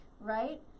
right